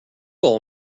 all